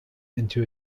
into